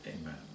Amen